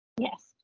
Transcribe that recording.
yes